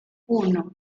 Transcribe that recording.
uno